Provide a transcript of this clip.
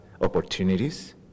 opportunities